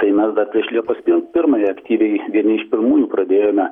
tai mes dar prieš liepos pi pirmąją aktyviai vieni iš pirmųjų pradėjome